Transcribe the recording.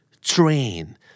Train